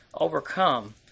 overcome